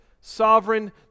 sovereign